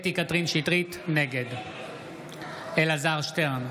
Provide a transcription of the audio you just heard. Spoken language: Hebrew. שטרית, נגד אלעזר שטרן,